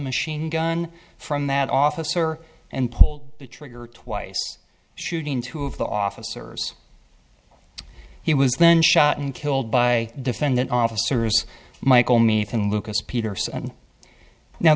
machine gun from that officer and pull the trigger twice shooting two of the officers he was then shot and killed by defendant officers michael me thin lucas peterson now